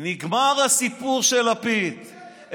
נגמר הסיפור של לפיד.